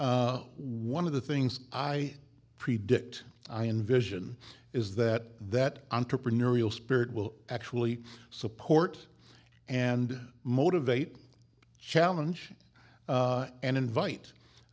one of the things i predict i envision is that that entrepreneurial spirit will actually support and motivate challenge and invite